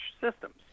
systems